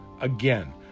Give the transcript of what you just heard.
again